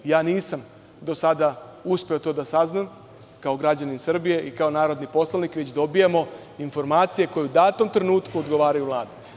Nisam do sada uspeo to da saznam, kao građanin Srbije i kao narodni poslanik, već dobijamo informacije koje u datom trenutku odgovaraju Vladi.